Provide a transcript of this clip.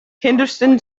henderson